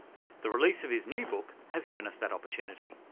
the release of his new book has given us that opportunity.